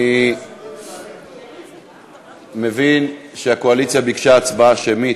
אני מבין שהקואליציה ביקשה הצבעה שמית.